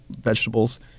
vegetables